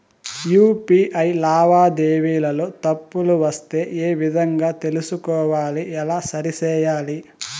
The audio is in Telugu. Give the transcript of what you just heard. యు.పి.ఐ లావాదేవీలలో తప్పులు వస్తే ఏ విధంగా తెలుసుకోవాలి? ఎలా సరిసేయాలి?